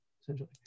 essentially